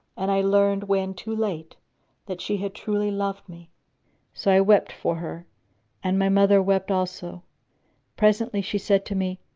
and i learned when too late that she had truly loved me so i wept for her and my mother wept also presently she said to me,